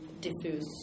diffuse